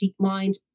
DeepMind